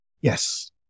Yes